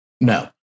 No